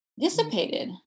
dissipated